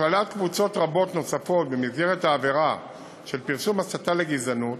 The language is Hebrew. הכללת קבוצות רבות נוספות במסגרת העבירה של פרסום הסתה לגזענות